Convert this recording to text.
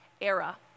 era